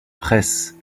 presse